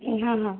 हाँ हाँ